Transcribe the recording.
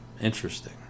interesting